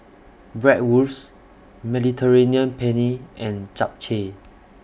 Bratwurst Mediterranean Penne and Japchae